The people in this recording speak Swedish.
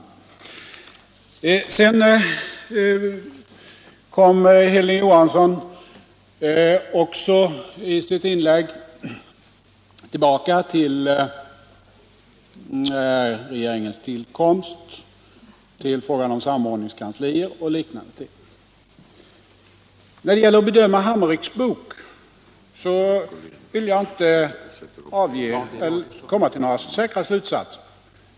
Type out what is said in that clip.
Sedan kom Hilding Johansson också i sitt inlägg tillbaka till regeringens tillkomst, till frågan om samordningskanslier och liknande ting. När det gäller att bedöma Hammerichs bok vill jag inte deklarera några bestämda slutsatser.